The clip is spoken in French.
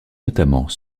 notamment